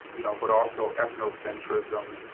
you know but also, ethnocentrism,